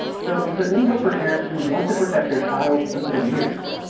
so is there any hope for parents who want to protect their child's sensitive ears?